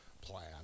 plan